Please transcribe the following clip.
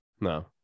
No